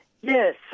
Yes